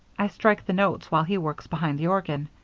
i strike the notes while he works behind the organ.